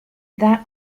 that